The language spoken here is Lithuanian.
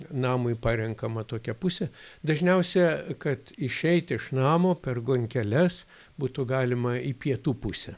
namui parenkama tokia pusė dažniausia kad išeiti iš namo per gonkeles būtų galima į pietų pusę